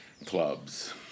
Clubs